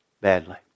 badly